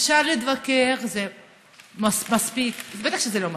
אפשר להתווכח אם זה מספיק, בטח שזה לא מספיק,